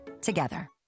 together